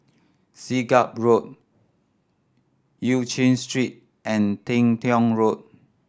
Siglap Road Eu Chin Street and Teng Tong Road